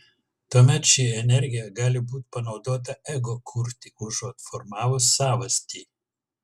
tuomet ši energija gali būti panaudota ego kurti užuot formavus savastį